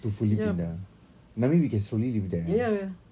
to fully pindah but I mean we can slowly live there